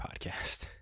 podcast